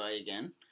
again